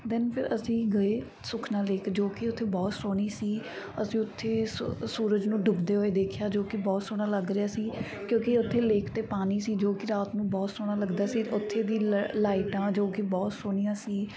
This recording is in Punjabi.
ਦੈਨ ਫਿਰ ਅਸੀਂ ਗਏ ਸੁਖਨਾ ਲੇਕ ਜੋ ਕਿ ਉੱਥੇ ਬਹੁਤ ਸੋਹਣੀ ਸੀ ਅਸੀਂ ਉੱਥੇ ਸੂ ਸੂਰਜ ਨੂੰ ਡੁੱਬਦੇ ਹੋਏ ਦੇਖਿਆ ਜੋ ਕਿ ਬਹੁਤ ਸੋਹਣਾ ਲੱਗ ਰਿਹਾ ਸੀ ਕਿਉਂਕਿ ਉੱਥੇ ਲੇਕ 'ਤੇ ਪਾਣੀ ਸੀ ਜੋ ਕਿ ਰਾਤ ਨੂੰ ਬਹੁਤ ਸੋਹਣਾ ਲੱਗਦਾ ਸੀ ਉੱਥੇ ਦੀ ਲ ਲਾਈਟਾਂ ਜੋ ਕਿ ਬਹੁਤ ਸੋਹਣੀਆਂ ਸੀ